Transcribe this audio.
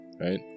right